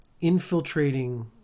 infiltrating